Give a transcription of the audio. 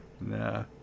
Nah